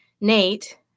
Nate